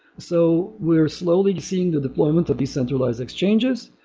so we're slowly seeing the deployment of decentralized exchanges,